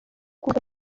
kwezi